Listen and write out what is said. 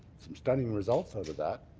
some stunning results out of that.